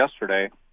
yesterday